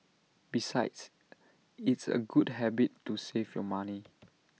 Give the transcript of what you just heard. besides it's A good habit to save your money